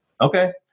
Okay